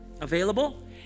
available